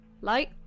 light